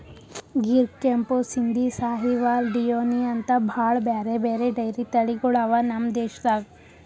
ಗಿರ್, ಕೆಂಪು ಸಿಂಧಿ, ಸಾಹಿವಾಲ್, ಡಿಯೋನಿ ಅಂಥಾ ಭಾಳ್ ಬ್ಯಾರೆ ಬ್ಯಾರೆ ಡೈರಿ ತಳಿಗೊಳ್ ಅವಾ ನಮ್ ದೇಶದಾಗ್